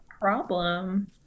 problem